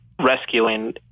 rescuing